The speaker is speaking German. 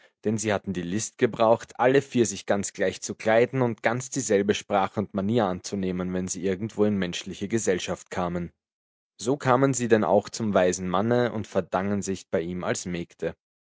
denn sie hatten die list gebraucht alle vier sich ganz gleich zu kleiden und ganz dieselbe sprache und manier anzunehmen wenn sie irgendwo in menschliche gesellschaft kamen so kamen sie denn auch zum weisen manne und verdangen sich bei ihm als mägde